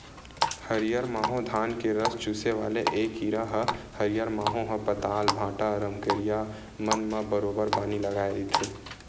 हरियर माहो धान के रस चूसे वाले ऐ कीरा ह हरियर माहो ह पताल, भांटा, रमकरिया मन म बरोबर बानी लगाय रहिथे